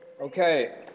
Okay